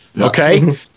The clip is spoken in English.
Okay